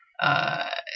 uh